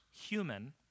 human